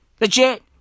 Legit